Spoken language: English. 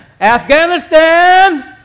Afghanistan